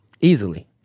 easily